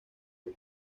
que